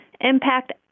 Impact